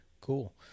Cool